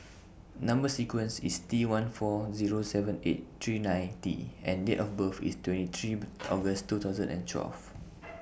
Number sequence IS T one four Zero seven eight three nine T and Date of birth IS twenty three August two thousand and twelve